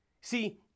See